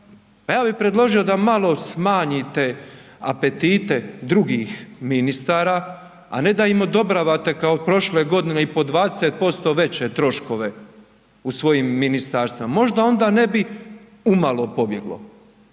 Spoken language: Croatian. ja bih predložio da malo smanjite apetite drugih ministara, a ne da im odobravate kao prošle godine i po 20% veće troškove u svojim ministarstvima. Možda onda ne bi umalo pobjeglo,